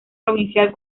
provincial